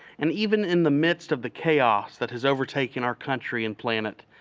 and even in the midst of the chaos that has overtaken our country and planet,